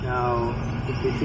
Now